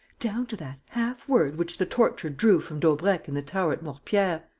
down to that half-word which the torture drew from daubrecq in the tower at mortepierre!